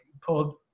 pulled